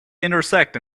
intersect